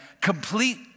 complete